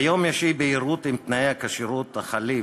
כיום יש אי-בהירות אם תנאי הכשירות החלים